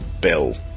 bill